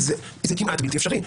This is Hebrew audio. זה כמעט בלתי אפשרי.